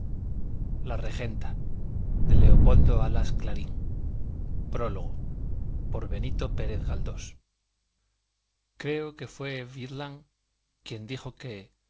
la regenta por leopoldo alas clarín librería de fernando fé madrid prólogo creo que fue wieland quien dijo que